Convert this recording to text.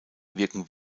wirken